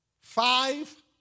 five